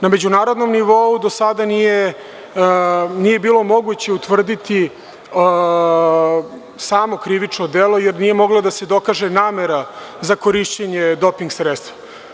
Na međunarodnom nivou do sada nije bilo moguće utvrditi samo krivično delo, jer nije mogla da se dokaže namera za korišćenje doping sredstva.